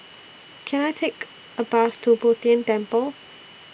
Can I Take A Bus to Bo Tien Temple